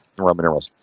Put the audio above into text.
and roman numerals.